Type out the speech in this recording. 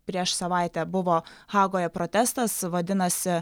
prieš savaitę buvo hagoje protestas vadinosi